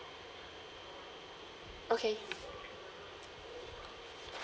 okay